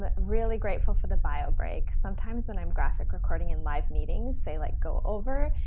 but really grateful for the bio break. sometimes when i'm graphic recording in live meetings, they like go over,